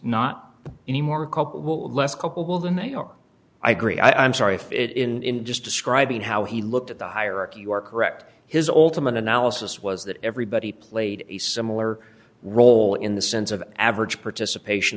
culpable than they are i agree i'm sorry if it in just describing how he looked at the hierarchy you are correct his alterman analysis was that everybody played a similar role in the sense of average participation